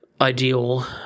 ideal